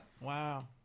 wow